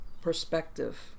perspective